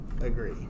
Agree